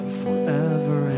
forever